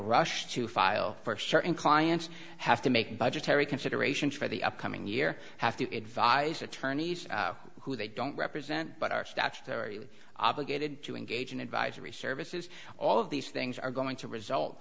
rush to file for certain clients have to make budgetary considerations for the upcoming year have to advise attorneys who they don't represent but are statutory obligated to engage in advisory services all of these things are going to result